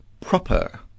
proper